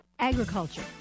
Agriculture